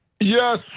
Yes